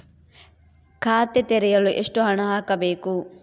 ಖಾತೆ ತೆರೆಯಲು ಎಷ್ಟು ಹಣ ಹಾಕಬೇಕು?